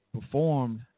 performed